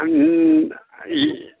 আমি